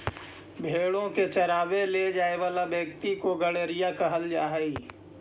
भेंड़ों को चरावे ले जाए वाला व्यक्ति को गड़ेरिया कहल जा हई